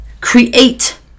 create